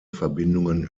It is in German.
verbindungen